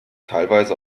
teilweise